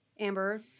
Amber